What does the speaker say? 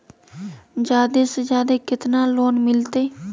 जादे से जादे कितना लोन मिलते?